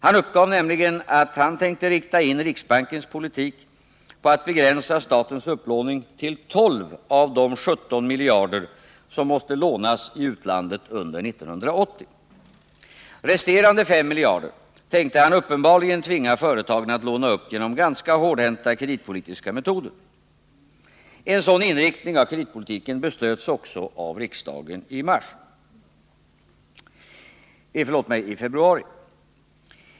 Han uppgav nämligen att han tänkte rikta in riksbankens politik på att begränsa statens upplåning till 12 av de 17 miljarder som måste lånas i utlandet under 1980. Resterande 5 miljarder tänkte han uppenbarligen tvinga företagen att låna upp genom ganska hårdhänta kreditpolitiska metoder. En sådan inriktning av kreditpolitiken beslöts också av riksdagen i februari.